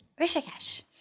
Rishikesh